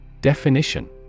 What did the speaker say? Definition